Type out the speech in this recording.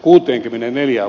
miten